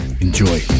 Enjoy